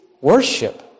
worship